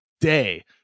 day